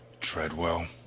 Treadwell